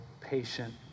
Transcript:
patient